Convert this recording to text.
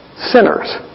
sinners